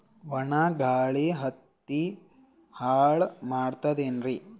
ಒಣಾ ಗಾಳಿ ಹತ್ತಿ ಹಾಳ ಮಾಡತದೇನ್ರಿ?